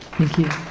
thank you.